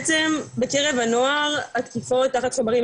בעצם בקרב הנוער התקיפות תחת החומרים